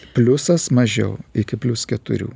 pliusas mažiau iki plius keturių